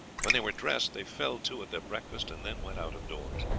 when they were dressed they fell to at their breakfast, and then went out of doors.